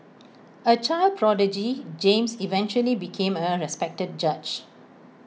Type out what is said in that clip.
A child prodigy James eventually became A respected judge